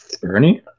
Bernie